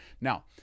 Now